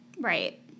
Right